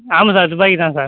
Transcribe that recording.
ஆமாம் sir Dubai தான் sir